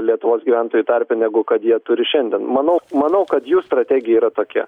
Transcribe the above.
lietuvos gyventojų tarpe negu kad jie turi šiandien manau manau kad jų strategija yra tokia